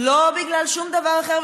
לא בגלל שום דבר אחר.